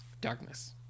Darkness